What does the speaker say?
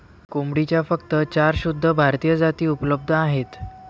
कोंबडीच्या फक्त चार शुद्ध भारतीय जाती उपलब्ध आहेत